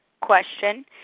question